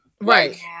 Right